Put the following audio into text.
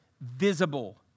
visible